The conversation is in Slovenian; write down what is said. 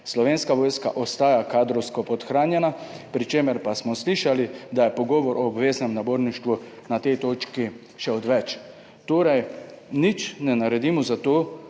Slovenska vojska ostaja kadrovsko podhranjena, pri čemer pa smo slišali, da je pogovor o obveznem naborništvu na tej točki še odveč. Torej nič ne naredimo za to,